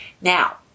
Now